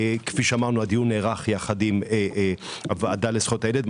כאמור הדיון נערך עם הוועדה לזכויות הילד.